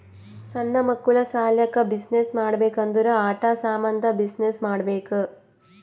ಸಣ್ಣು ಮಕ್ಕುಳ ಸಲ್ಯಾಕ್ ಬಿಸಿನ್ನೆಸ್ ಮಾಡ್ಬೇಕ್ ಅಂದುರ್ ಆಟಾ ಸಾಮಂದ್ ಬಿಸಿನ್ನೆಸ್ ಮಾಡ್ಬೇಕ್